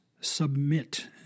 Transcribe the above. submit